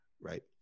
right